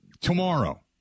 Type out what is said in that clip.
tomorrow